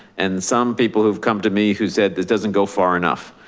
and some people who've come to me who said that doesn't go far enough.